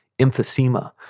emphysema